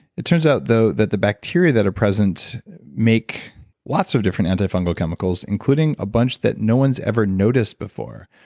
it turns out, though, that the bacteria that are present make lots of different antifungal chemicals, including a bunch that no one has ever noticed before.